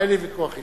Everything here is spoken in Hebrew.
אין לי ויכוח אתך.